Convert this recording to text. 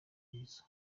umurizo